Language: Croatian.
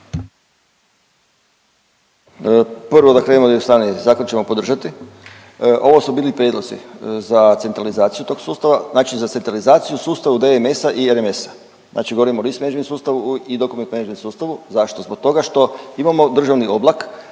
Prvo da krenem od zadnjeg, zakon ćemo podržati. Ovo su bili prijedlozi za centralizaciju tog sustava, znači za centralizaciju sustava DMS-a i RMS-a, znači govorimo o .../Govornik se ne razumije./... sustavu i document management sustavu. Zašto? Zbog toga što imamo državni oblak,